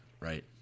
Right